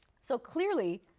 so clearly,